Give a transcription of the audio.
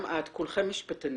גם את כולכם משפטנים.